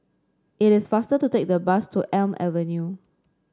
it is faster to take the bus to Elm Avenue